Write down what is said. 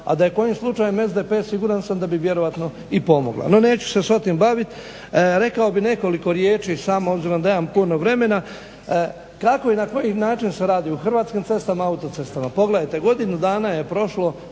A da je kojim slučajem SDP siguran sam da bi vjerojatno i pomogla. No neću se sa otim bavit. Rekao bih nekoliko riječi samo obzirom da nemam puno vremena kako i na koji način se radi u Hrvatskim cestama, autocestama. Pogledajte, godinu dana je prošlo.